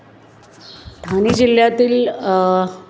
ठाणे जिल्ह्यातील